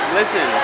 listen